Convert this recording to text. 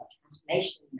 transformation